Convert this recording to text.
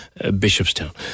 Bishopstown